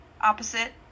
opposite